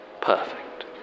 Perfect